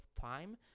time